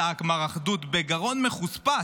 צעק מר אחדות בגרון מחוספס.